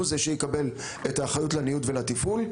זה שיקבל את האחריות לניוד ולתפעול.